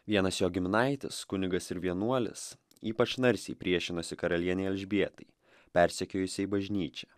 vienas jo giminaitis kunigas ir vienuolis ypač narsiai priešinosi karalienei elžbietai persekiojusiai bažnyčią